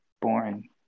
boring